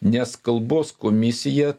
nes kalbos komisija